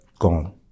Gone